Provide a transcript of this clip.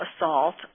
assault